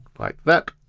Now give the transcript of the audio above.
like that.